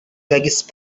biggest